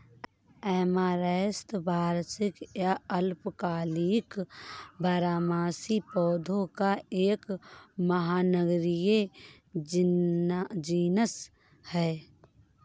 amaranthus वार्षिक या अल्पकालिक बारहमासी पौधों का एक महानगरीय जीनस है